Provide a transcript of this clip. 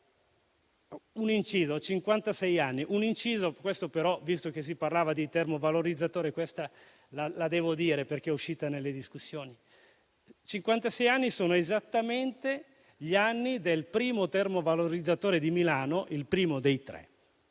Un inciso: ho cinquantasei anni (visto che si parlava di termovalorizzatori, questa la devo dire, perché è uscita nelle discussioni) e cinquantasei sono esattamente gli anni del primo termovalorizzatore di Milano, il primo dei tre.